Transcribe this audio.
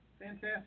Fantastic